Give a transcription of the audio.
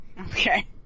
Okay